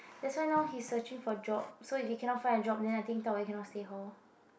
that's why now he's searching for job so if he cannot find a job then I think Da-Wei cannot stay at home